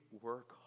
work